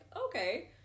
okay